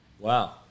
Wow